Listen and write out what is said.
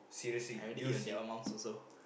I already hit on that one mums also